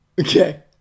Okay